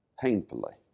painfully